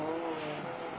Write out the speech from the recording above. mm